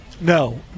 No